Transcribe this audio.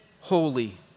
holy